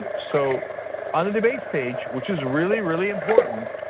so on the debate stage, which is really, really important.